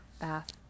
bath